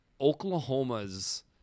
Oklahoma's